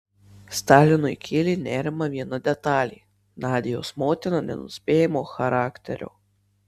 stalinui kėlė nerimą viena detalė nadios motina nenuspėjamo charakterio